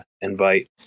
invite